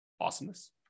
Awesomeness